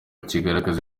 kigaragaza